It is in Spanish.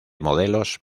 modelos